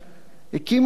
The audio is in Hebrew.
הקימו רח"ל.